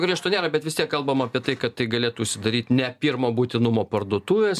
griežto nėra bet vis tiek kalbam apie tai kad tai galėtų užsidaryt ne pirmo būtinumo parduotuvės